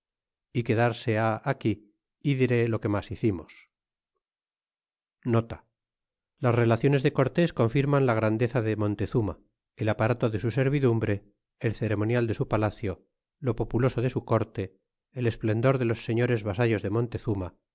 y quedarse ha aquí y diré lo que mas hicimos las relaciones de cortés confirman la grandeza de montezuma el aparato de su servidumbre el ceremonial de su palacio lo populoso de su corte el esplendor de los sehres vasallos de montezuma